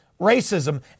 racism